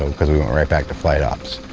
so cause we went right back to flight ops.